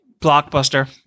Blockbuster